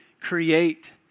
create